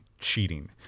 cheating